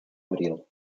abril